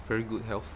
very good health